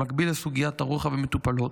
במקביל לסוגיות הרוחב המטופלות,